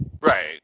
Right